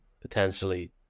potentially